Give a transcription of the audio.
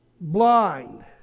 Blind